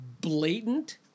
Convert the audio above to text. blatant